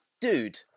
Dude